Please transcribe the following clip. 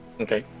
Okay